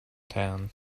town